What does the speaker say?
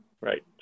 Right